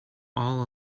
all